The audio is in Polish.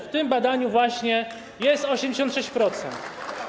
W tym badaniu właśnie jest 86%.